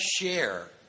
share